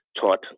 taught